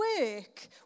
work